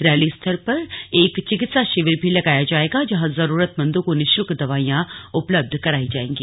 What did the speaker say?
rally स्थल पर एक चिकित्सा शिविर भी लगाया जाएगा जहां जरूरतमंदों को निशुल्क दवाइयां उपलब्ध कराई जाएगी